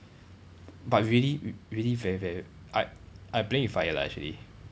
but really really very very I I playing with fire lah actually